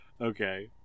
Okay